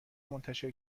منتشر